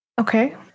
Okay